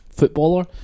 Footballer